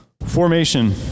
Formation